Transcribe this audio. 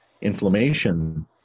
inflammation